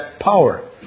power